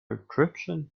encryption